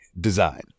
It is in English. design